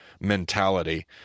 mentality